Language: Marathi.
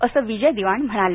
असं विजय दिवाण म्हणाले